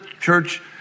church